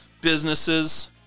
businesses